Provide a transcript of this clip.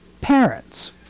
Parents